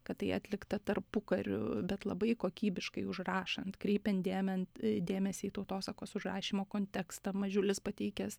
kad tai atlikta tarpukariu bet labai kokybiškai užrašant kreipiant dėment dėmesį į tautosakos užrašymo kontekstą mažiulis pateikęs